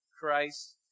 Christ